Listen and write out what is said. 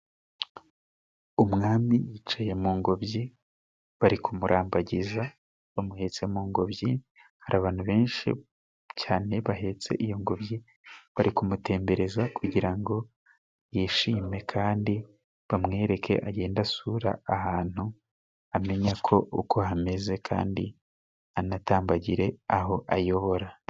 Umwami yicaye mu ngobyi bari kumurambagiza bamuhetse mu ngobyi. Hari abantu benshi cyane bahetse iyo ngobyi, bari kumutembereza kugira ngo yishime, kandi bamwereke agende asura ahantu amenya ko uko hameze kandi anatambagire aho ayobora.